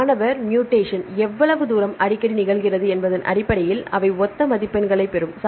மாணவர் மூடேசன் எவ்வளவு அடிக்கடி நிகழ்கிறது என்பதன் அடிப்படையில் அவை ஒத்த மதிப்பெண்களைப் பெறும்